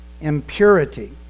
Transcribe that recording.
impurity